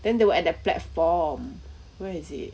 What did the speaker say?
then they were at that platform where is it